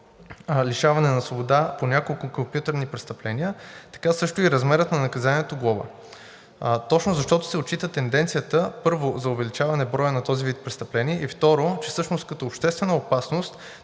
лишаване от свобода по няколко компютърни престъпления, така също и размерът на наказанието глоба. Точно защото се отчита тенденцията, първо, за увеличаване броя на този вид престъпление, и, второ, че всъщност като обществена опасност